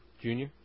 Junior